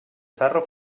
ferro